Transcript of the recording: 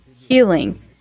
healing